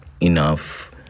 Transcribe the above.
enough